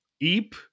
Eep